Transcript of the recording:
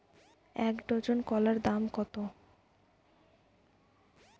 এক ডজন কলার দাম কত?